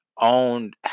owned